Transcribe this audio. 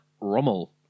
Rommel